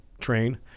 train